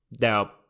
Now